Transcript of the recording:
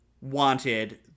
wanted